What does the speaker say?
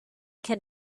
can